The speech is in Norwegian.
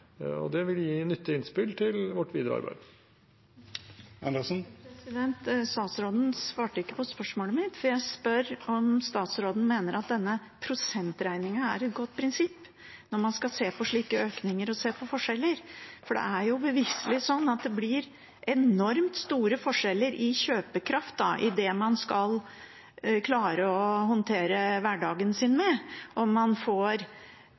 Det vil gi nyttige innspill til vårt videre arbeid. Statsråden svarte ikke på spørsmålet mitt. Jeg spør om statsråden mener at denne prosentregningen er et godt prinsipp når man skal se på slike økninger og se på forskjeller. For det er beviselig sånn at det blir enormt store forskjeller i kjøpekraft, i det man skal klare å håndtere hverdagen sin med, om man får